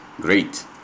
great